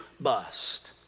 bust